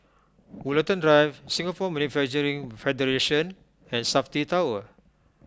Woollerton Drive Singapore Manufacturing Federation and Safti Tower